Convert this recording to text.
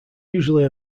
usually